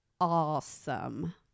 awesome